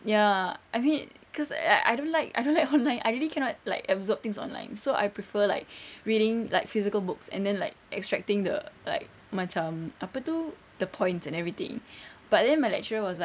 ya I mean cause I I don't like I don't like online I really cannot like absorb things online so I prefer like reading like physical books and then like extracting the like macam apa tu the points and everything but then my lecturer was like